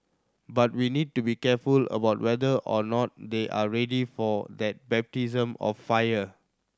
but we need to be careful about whether or not they are ready for that baptism of fire